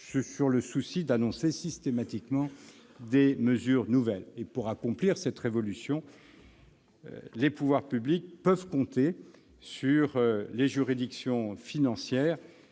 sur le souci d'annoncer systématiquement des mesures nouvelles. Pour accomplir cette révolution, les pouvoirs publics peuvent compter sur les juridictions financières,